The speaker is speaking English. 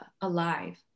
alive